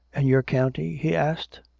and your county? he asked.